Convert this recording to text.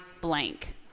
blank